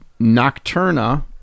Nocturna